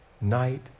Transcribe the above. night